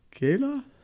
Kayla